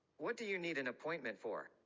what do you need an appointment for?